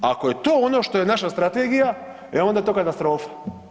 Ako je to ono što je naša strategija, e onda je to katastrofa.